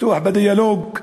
לפתוח בדיאלוג,